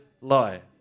lie